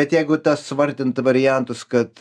bet jeigu tas vardint variantus kad